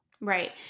Right